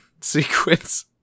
sequence